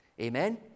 Amen